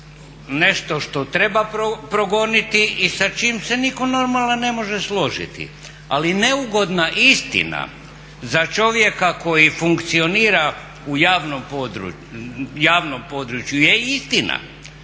nešto što treba progoniti i sa čim se nitko normalan ne može složiti, ali neugodna istina za čovjeka koji funkcionira u javnom području je istina.